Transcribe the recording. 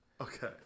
Okay